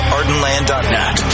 Ardenland.net